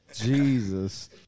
Jesus